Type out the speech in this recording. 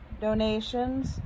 donations